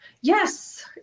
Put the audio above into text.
Yes